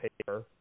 paper